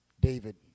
David